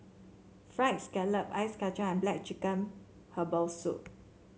fried scallop Ice Kacang and black chicken Herbal Soup